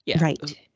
Right